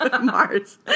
Mars